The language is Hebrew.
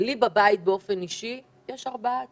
לי בבית באופן אישי יש ארבעה עצמאים,